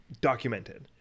documented